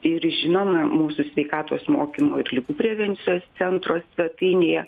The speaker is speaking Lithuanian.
ir žinoma mūsų sveikatos mokymo ir ligų prevencijos centro svetainėje